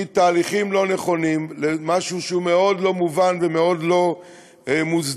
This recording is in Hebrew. מתהליכים לא נכונים למשהו שהוא מאוד לא מובן ומאוד לא מוצדק,